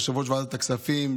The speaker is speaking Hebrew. ליושב-ראש ועדת הכספים,